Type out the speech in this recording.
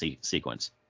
sequence